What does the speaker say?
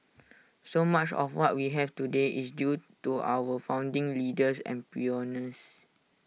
so much of what we have today is due to our founding leaders and pioneers